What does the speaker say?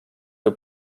kui